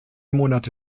monate